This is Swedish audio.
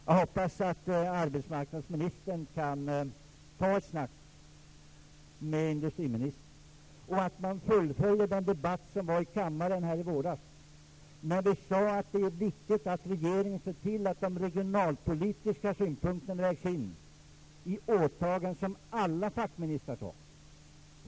Jag hoppas att arbetsmarknadsministern ''tar ett snack'' med industriministern och att man fullföljer det som sades i debatten här i kammaren i våras om att det är viktigt att regeringen ser till att de regionalpolitiska synpunkterna vägs in i alla åtaganden från alla fackministrar.